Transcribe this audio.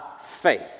faith